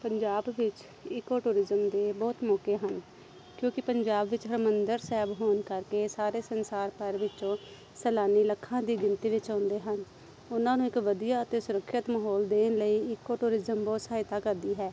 ਪੰਜਾਬ ਵਿੱਚ eco tourism ਦੇ ਬਹੁਤ ਮੌਕੇ ਹਨ ਕਿਉਂਕਿ ਪੰਜਾਬ ਵਿੱਚ ਹਰਿਮੰਦਰ ਸਾਹਿਬ ਹੋਣ ਕਰਕੇ ਸਾਰੇ ਸੰਸਾਰ ਭਰ ਵਿੱਚੋਂ ਸੈਲਾਨੀ ਲੱਖਾਂ ਦੀ ਗਿਣਤੀ ਵਿੱਚ ਆਉਂਦੇ ਹਨ ਉਹਨਾਂ ਨੂੰ ਇੱਕ ਵਧੀਆ ਤੇ ਸੁਰੱਖਿਅਤ ਮਾਹੌਲ ਦੇਣ ਲਈ ਈਕੋ ਟੂਰਿਜ਼ਮ ਬਹੁਤ ਸਹਾਇਤਾ ਕਰਦੀ ਹੈ